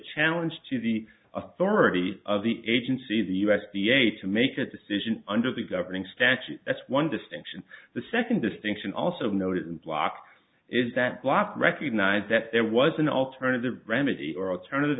challenge to the authority of the agency the u s d a to make a decision under the governing statute that's one distinction the second distinction also noted and block is that block recognized that there was an alternative remedy or